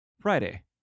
Friday